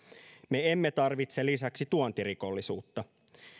me emme tarvitse lisäksi tuontirikollisuutta